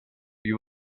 you